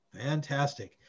Fantastic